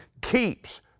keeps